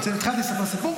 התחלתי לספר סיפור.